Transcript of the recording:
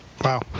wow